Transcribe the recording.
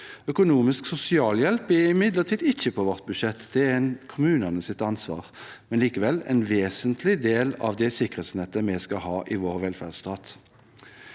Økonomisk sosialhjelp er imidlertid ikke på vårt budsjett. Det er kommunenes ansvar, men er likevel en vesentlig del av det sikkerhetsnettet vi skal ha i vår velferdsstat.